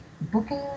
booking